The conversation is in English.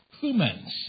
humans